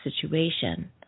situation